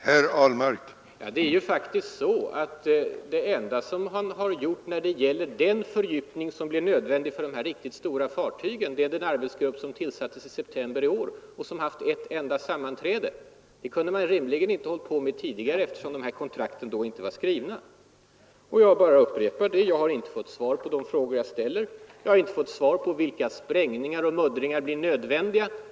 Herr talman! Det enda som gjorts när det gäller den fördjupning som blir nödvändig för de riktigt stora fartygen är faktiskt att en arbetsgrupp tillsattes i september i år. Den har haft ett enda sammanträde. De spörsmål som den sysslar med kunde man rimligen inte arbeta med tidigare, eftersom de aktuella kontrakten då inte var skrivna. Jag bara upprepar: jag har inte fått svar på de frågor jag ställt. Vilka sprängningar och muddringar blir nödvändiga?